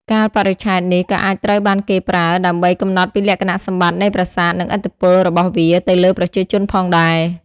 កាលបរិច្ឆេទនេះក៏អាចត្រូវបានគេប្រើដើម្បីកំណត់ពីលក្ខណៈសម្បត្តិនៃប្រាសាទនិងឥទ្ធិពលរបស់វាទៅលើប្រជាជនផងដែរ។